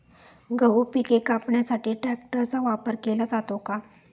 गहू पिके कापण्यासाठी ट्रॅक्टरचा उपयोग केला जातो का?